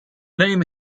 name